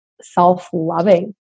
self-loving